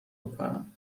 کنم